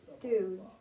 Dude